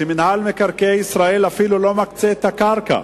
מינהל מקרקעי ישראל אפילו לא מקצה את הקרקע.